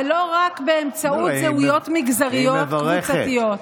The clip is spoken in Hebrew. ולא רק באמצעות זהויות מגזריות קבוצתיות.